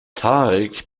tarek